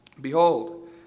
Behold